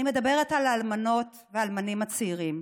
אני מדברת על האלמנות והאלמנים הצעירים,